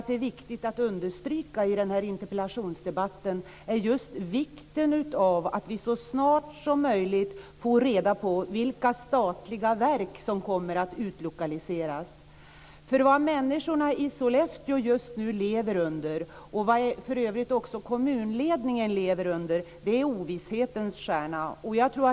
Det är viktigt att understryka i interpellationsdebatten att vi så snart som möjligt får reda på vilka statliga verk som kommer att utlokaliseras. Människorna och kommunledningen i Sollefteå lever under ovisshetens stjärna.